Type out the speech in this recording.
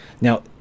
Now